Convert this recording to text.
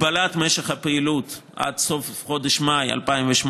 הגבלת משך הפעילות עד סוף חודש מאי 2018,